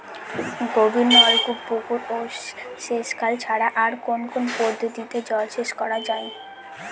গভীরনলকূপ পুকুর ও সেচখাল ছাড়া আর কোন কোন পদ্ধতিতে জলসেচ করা যায়?